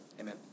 Amen